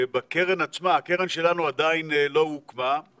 שבקרן עצמה הקרן שלנו עדיין לא הוקמה,